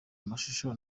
amashusho